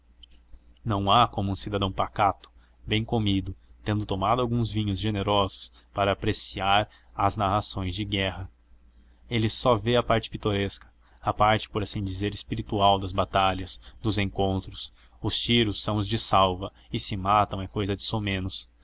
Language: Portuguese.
não há como um cidadão pacato bem comido tendo tomado alguns vinhos generosos para apreciar as narrações de guerra ele só vê a parte pitoresca a parte por assim dizer espiritual das batalhas dos encontros os tiros são os de salva e se matam é cousa de somenos